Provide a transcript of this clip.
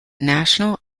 national